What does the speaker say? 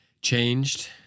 changed